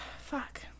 Fuck